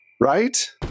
Right